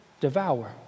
devour